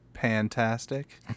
fantastic